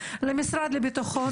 למשרד לביטחון לאומי.